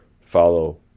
Follow